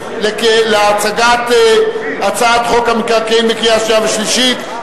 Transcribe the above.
להצגת הצעת חוק המקרקעין לקריאה שנייה ושלישית,